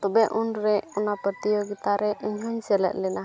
ᱛᱚᱵᱮ ᱩᱱᱨᱮ ᱚᱱᱟ ᱯᱨᱚᱛᱤᱡᱳᱜᱤᱛᱟ ᱨᱮ ᱤᱧᱦᱚᱧ ᱥᱮᱞᱮᱫ ᱞᱮᱱᱟ